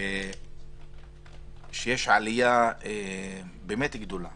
שיש עלייה גדולה